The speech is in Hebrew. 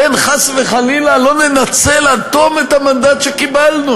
פן חס וחלילה לא ננצל עד תום את המנדט שקיבלנו.